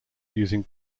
using